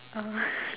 uh